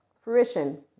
fruition